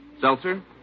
seltzer